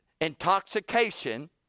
Intoxication